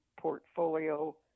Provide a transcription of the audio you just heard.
portfolio